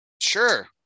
Sure